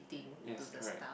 yes correct